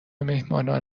میهمانان